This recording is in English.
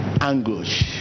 anguish